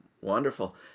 Wonderful